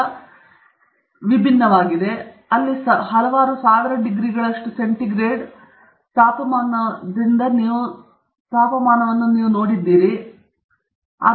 ಒಳಗೆ ನೀವು ಹಲವಾರು ಸಾವಿರ ಡಿಗ್ರಿಗಳಷ್ಟು C ಅಥವಾ ಹತ್ತಾರು ಡಿಗ್ರಿ ಸಿ ತಾಪಮಾನವನ್ನು ನೋಡಿದರೆ ಕೊನೆಗೊಳ್ಳಬಹುದು ಮಿಲಿಯನ್ ಡಿಗ್ರಿ ಸಿ ಒಳಗಡೆ ಇರಬಹುದು